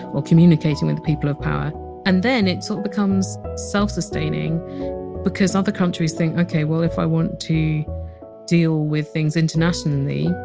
communicating with people of power and then it so becomes self sustaining because other countries think, okay, well if i want to deal with things internationally,